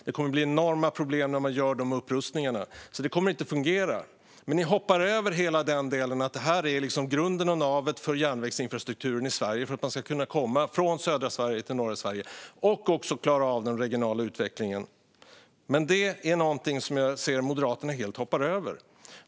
Det kommer att bli enorma problem när man gör de upprustningarna, och det kommer inte att fungera. Men ni hoppar över hela den delen. Det här är grunden för järnvägsinfrastrukturen i Sverige. Det är detta som gör att man kan komma från södra Sverige till norra Sverige och att man kan klara av den regionala utvecklingen. Men det är någonting som jag ser att Moderaterna helt hoppar över.